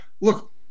look